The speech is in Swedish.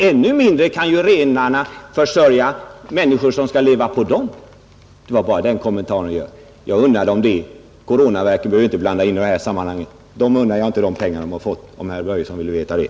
Ännu mindre kan renarna försörja människor som skall leva på dem. Det var bara den kommentaren jag ville göra. Jag unnar renarna deras foder. Coronaverken behöver vi inte blanda in i detta sammanhang. Jag unnar dem inte de pengar som de har fått, om herr Börjesson vill veta det.